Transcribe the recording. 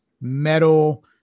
metal